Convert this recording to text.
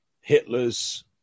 hitler's